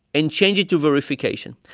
and change it to verification.